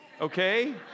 Okay